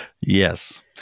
Yes